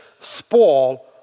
spoil